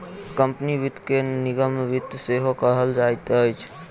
company वित्त के निगम वित्त सेहो कहल जाइत अछि